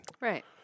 Right